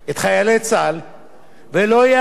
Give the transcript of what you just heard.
ולא יעדכנו להם את השכר.